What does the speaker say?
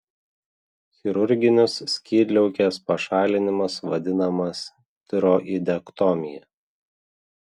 chirurginis skydliaukės pašalinimas vadinamas tiroidektomija